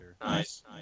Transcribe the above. Nice